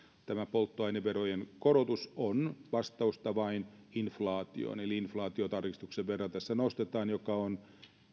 tämä polttoaineverojen korotus on vastausta vain inflaatioon eli inflaatiotarkistuksen verran tässä nostetaan joka on